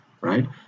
right